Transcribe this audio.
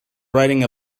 riding